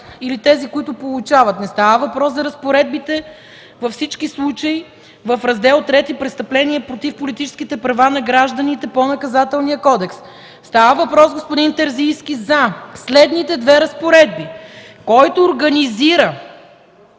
или тези, които получават, не става въпрос за разпоредбите във всички случаи в Раздел ІІІ „Престъпления против политическите права на гражданите” по Наказателния кодекс. Става въпрос, господин Терзийски, за следните две разпоредби: „Който организира